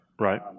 Right